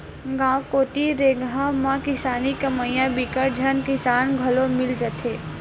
गाँव कोती रेगहा म किसानी कमइया बिकट झन किसान घलो मिल जाथे